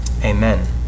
Amen